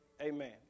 Amen